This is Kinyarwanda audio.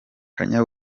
kanye